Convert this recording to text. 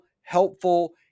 helpful